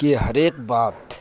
की हरेक बात